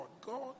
God